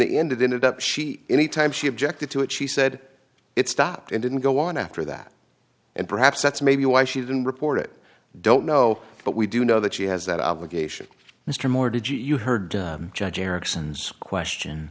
the ended up she anytime she objected to it she said it stopped and didn't go on after that and perhaps that's maybe why she didn't report it don't know but we do know that she has that obligation mr moore did you heard judge eriksson's question